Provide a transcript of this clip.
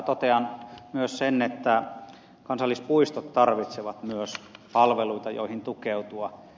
totean myös sen että kansallispuistot tarvitsevat myös palveluita joihin tukeutua